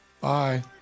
bye